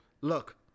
look